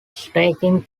skating